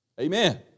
Amen